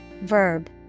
verb